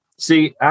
See